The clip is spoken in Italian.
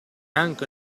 anche